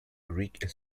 greek